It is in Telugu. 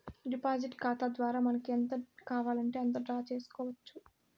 డిపాజిట్ ఖాతా ద్వారా మనకి ఎంత కావాలంటే అంత డ్రా చేసుకోవచ్చు